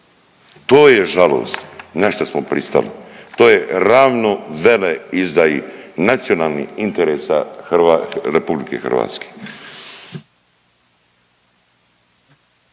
To je žalosno na šta smo pristali. To je ravno veleizdaji nacionalnih interesa RH.